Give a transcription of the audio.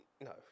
No